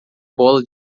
bola